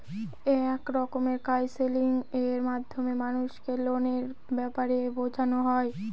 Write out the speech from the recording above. এক রকমের কাউন্সেলিং এর মাধ্যমে মানুষকে লোনের ব্যাপারে বোঝানো হয়